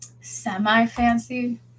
semi-fancy